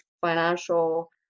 financial